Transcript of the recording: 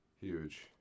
Huge